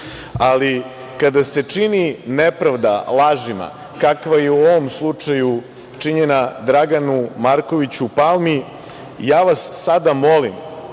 ali kada se čini nepravda lažima, kakva je u ovom slučaju činjena Draganu Markoviću Palmi, ja vas sada molim